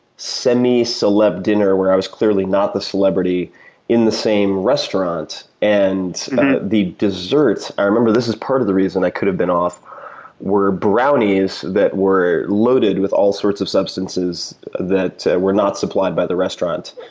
semi celeb dinner where i was clearly not the celebrity in the same restaurant. and the desserts i remember this is part of the reason i could have been off were brownies that were loaded with all sorts of substances that were not supplied by the restaurant